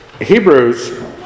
Hebrews